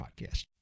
podcast